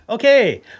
Okay